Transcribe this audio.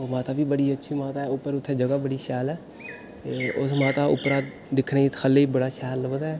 ओह् माता बी बड़ी अच्छी माता ऐ पर उप्पर उत्थें जगहा बड़ी शैल ऐ ते उस माता उप्परा दिक्खने गी बड़ा शैल लभदा ऐ